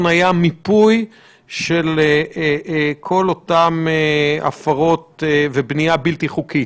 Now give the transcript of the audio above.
היה מיפוי של כל אותן הפרות ובנייה בלתי חוקית.